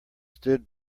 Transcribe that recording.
stood